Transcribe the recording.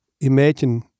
imagine